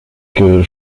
que